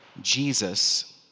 Jesus